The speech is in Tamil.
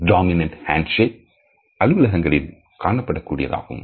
டாமினண்ட்ஹேண்ட் சேக் அலுவலகங்களில் காணப்படக்கூடிய தாகும்